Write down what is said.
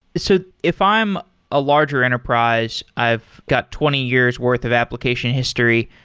so if i am a larger enterprise, i've got twenty years' worth of application history.